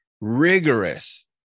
rigorous